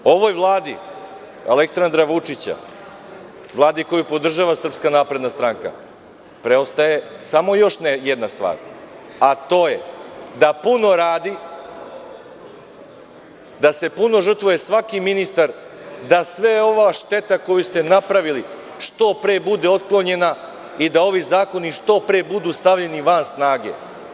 Ovoj Vladi Aleksandra Vučića, Vladi koju podržava SNS, preostaje samo još jedna stvar, a to je da puno radi, da se puno žrtvuje svaki ministar, da sva ova šteta koju ste napravili što pre bude otklonjena i da ovi zakoni što pre budu stavljeni van snage.